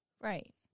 Right